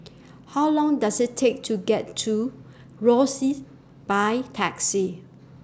How Long Does IT Take to get to Rosyth By Taxi